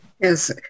Yes